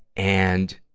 and,